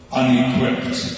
unequipped